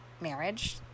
marriage